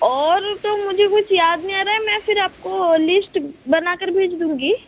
और तो मुझे कुछ याद नहीं आ रहा है मैं फिर आपको लिस्ट बनाकर भेज दूँगी